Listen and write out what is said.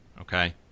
Okay